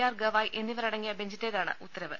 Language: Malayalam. ആർ ഗവായ് എന്നിവരടങ്ങിയ ബെഞ്ചിന്റേതാണ് ഉത്തരവ്